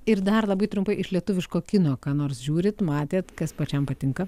ir dar labai trumpai iš lietuviško kino ką nors žiūrit matėt kas pačiam patinka